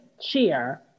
cheer